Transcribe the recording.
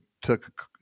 took